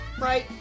Right